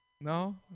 No